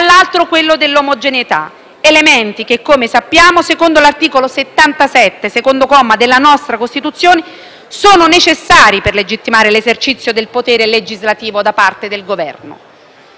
dall'altro quello dell'omogeneità, elementi che, come sappiamo, secondo l'articolo 77, secondo comma della nostra Costituzione, sono necessari per legittimare l'esercizio del potere legislativo da parte del Governo.